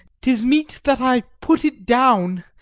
tis meet that i put it down,